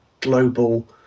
global